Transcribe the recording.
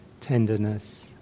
tenderness